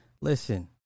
listen